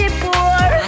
poor